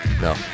No